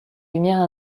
lumières